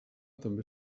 també